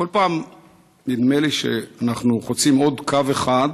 בכל פעם נדמה לי שאנחנו חוצים עוד קו אחד,